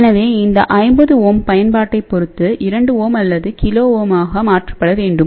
எனவே இந்த 50Ω பயன்பாட்டைப் பொறுத்து 2Ω அல்லது KΩ ஆக மாற்றப்பட வேண்டும்